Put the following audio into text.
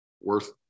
worth